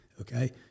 okay